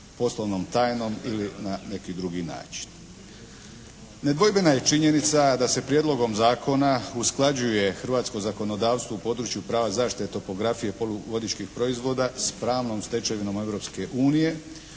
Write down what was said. poslovnom tajnom ili na neki drugi način. Nedvojbena je činjenica se Prijedlogom zakona usklađuje hrvatsko zakonodavstvo u području prava zaštite topografije poluvodičkih proizvoda s pravnom stečevinom